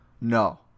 No